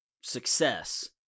success